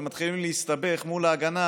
ומתחילים להסתבך מול ההגנה